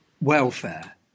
welfare